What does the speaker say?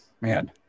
man